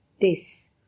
This